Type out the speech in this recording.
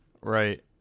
Right